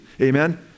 Amen